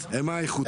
העקרונית.